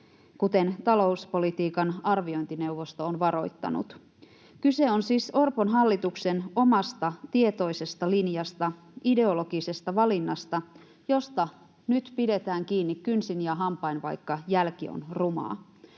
kuten talouspolitiikan arviointineuvosto on varoittanut. Kyse on siis Orpon hallituksen omasta tietoisesta linjasta, ideologisesta valinnasta, josta nyt pidetään kiinni kynsin ja hampain, vaikka jälki on rumaa.